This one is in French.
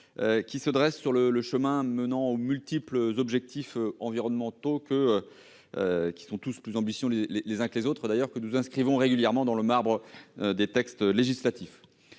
qui se dressent sur le chemin menant aux multiples objectifs environnementaux, tous plus ambitieux les uns que les autres, que nous inscrivons régulièrement dans le marbre des textes législatifs.